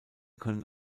können